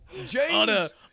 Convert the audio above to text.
James